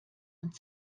und